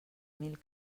mil